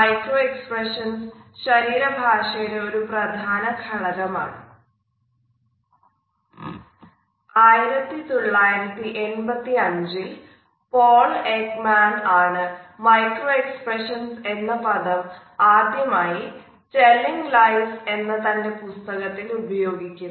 1985 ൽ Paul Ekman ആണ് micro expressions എന്ന പദം ആദ്യമായി ടെല്ലിങ് ലൈസ് എന്ന തൻറെ പുസ്തകത്തിൽ ഉപയോഗിക്കുന്നത്